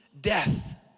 death